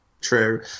True